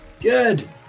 Good